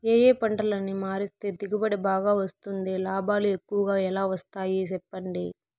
ఏ ఏ పంటలని మారిస్తే దిగుబడి బాగా వస్తుంది, లాభాలు ఎక్కువగా ఎలా వస్తాయి సెప్పండి